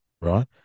right